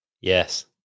Yes